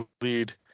lead